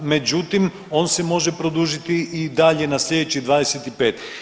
Međutim, on se može produžiti i dalje na sljedećih 25.